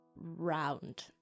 round